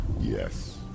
Yes